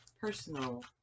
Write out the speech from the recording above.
personal